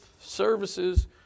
services